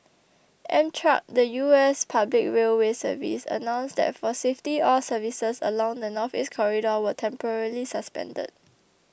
Amtrak the U S public railway service announced that for safety all services along the Northeast Corridor were temporarily suspended